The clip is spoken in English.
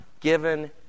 given